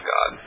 God